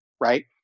Right